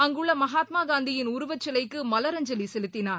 அங்குள்ள மகாத்மா காந்தியின் உருவச்சிலைக்கு மவரஞ்சலி செலுத்தினார்